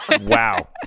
Wow